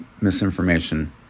Misinformation